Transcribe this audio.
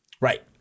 Right